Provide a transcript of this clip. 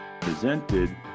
presented